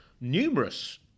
numerous